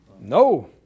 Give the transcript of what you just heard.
No